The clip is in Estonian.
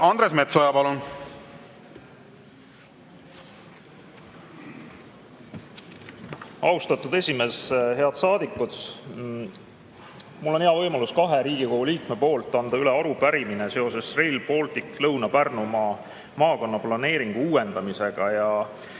Andres Metsoja, palun! Austatud esimees! Head saadikud! Mul on hea võimalus kahe Riigikogu liikme poolt anda üle arupärimine seoses Rail Balticu Lõuna-Pärnumaa maakonnaplaneeringu uuendamisega.